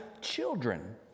children